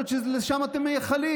יכול להיות שלשם אתם מייחלים,